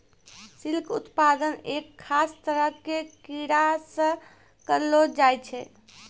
silk उत्पादन एक खास तरह के कीड़ा सॅ करलो जाय छै